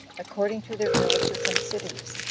according to their villages and cities,